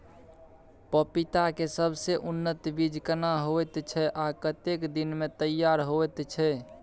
पपीता के सबसे उन्नत बीज केना होयत छै, आ कतेक दिन में तैयार होयत छै?